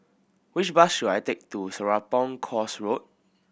which bus should I take to Serapong Course Road